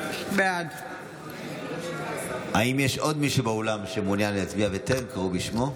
בעד האם יש עוד מישהו באולם שמעוניין להצביע וטרם קראו בשמו,